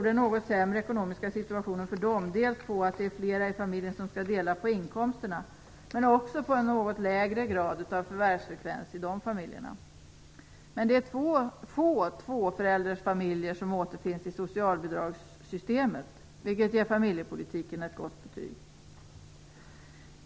Den något sämre ekonomiska situationen för flerbarnsfamiljerna beror på att det är flera i familjen som skall dela på inkomsterna, men även på en något lägre grad av förvärvsfrekvens i dessa familjer. Men det är få tvåföräldersfamiljer som återfinns i socialbidragssystemet, vilket ger familjepolitiken ett gott betyg.